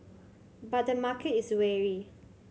but the market is wary